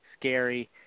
scary